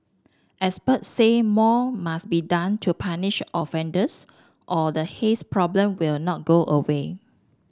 expert say more must be done to punish offenders or the haze problem will not go away